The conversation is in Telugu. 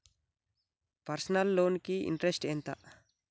పర్సనల్ లోన్ కి ఇంట్రెస్ట్ ఎంత?